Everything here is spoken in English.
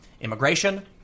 immigration